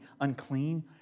unclean